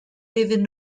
iddyn